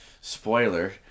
spoiler